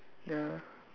ya